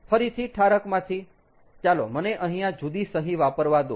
ફરીથી ઠારકમાંથી ચાલો મને અહીંયા જુદી સહી વાપરવા દો